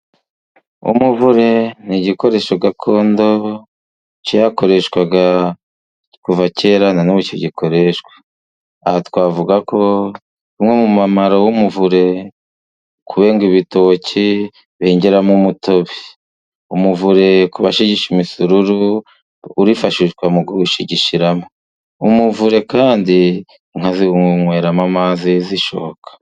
Umuvure ni igikoresho gakondo, cyakoreshwaga kuva kera na n'ubu kigikoreshwa, aha twavuga ko umwe mu mumaro w'umuvure, kwenga ibitoki bengeramo umutobe, umuvure ku bashigisha imisururu urifashishwa mu kuwushigishamo, umuvure kandi inka zinweramo amazi zishotse.